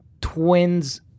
twins